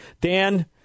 Dan